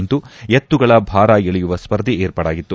ಇಂದು ಎತ್ತುಗಳ ಭಾರ ಎಳೆಯುವ ಸ್ಪರ್ಧೆ ಏರ್ಪಾಡಾಗಿತ್ತು